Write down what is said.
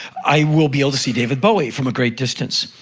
i will be able to see david bowie from a great distance.